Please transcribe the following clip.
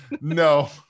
No